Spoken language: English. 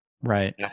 Right